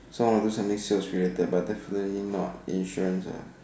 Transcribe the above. so I wanna do something sales related but definitely not insurance ah